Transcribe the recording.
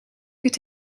could